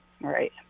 right